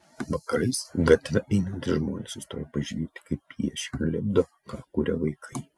vakarais gatve einantys žmonės sustoja pažiūrėti kaip piešia lipdo ką kuria vaikai